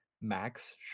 Max